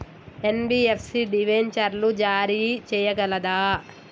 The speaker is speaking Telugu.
ఎన్.బి.ఎఫ్.సి డిబెంచర్లు జారీ చేయగలదా?